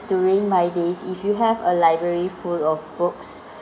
during my days if you have a library full of books